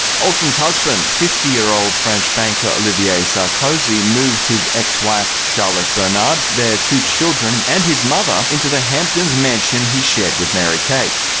olson's husband, fifty year old french banker olivier sarkozy, moved his ex-wife, charlotte bernard their two children and his mother into the hamptons mansion he shared with mary-kate.